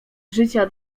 życia